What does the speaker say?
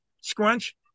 scrunch